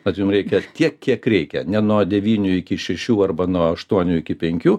bet jum reikia tiek kiek reikia na nuo devynių iki šešių arba nuo aštuonių iki penkių